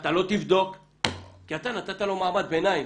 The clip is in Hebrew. ואתה לא תבדוק כי אתה נתת לו מעמד ביניים.